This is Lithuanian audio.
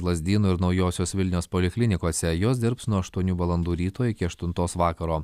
lazdynų ir naujosios vilnios poliklinikose jos dirbs nuo aštuonių valandų ryto iki aštuntos vakaro